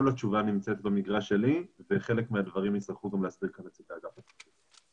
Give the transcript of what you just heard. התשובה נמצאת במגרש שלי וחלק מהדברים יצטרכו להיות באגף התקציבים.